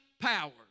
power